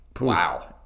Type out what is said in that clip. wow